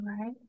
Right